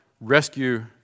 rescue